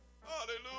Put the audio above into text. hallelujah